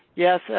yes,